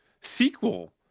Sequel